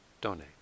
donate